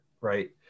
right